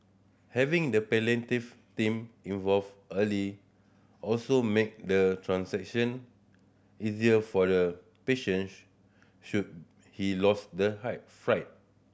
having the palliative team involved early also make the transition easier for the patient should he lose the height fright